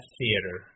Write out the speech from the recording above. theater